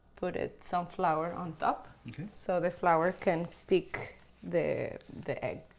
put ah some flour on top so the flour can stick the the egg.